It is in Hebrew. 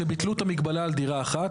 שביטלו את המגבלה על דירה אחת,